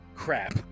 Crap